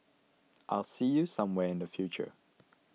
I'll see you somewhere in the future